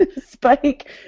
Spike